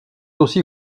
aussi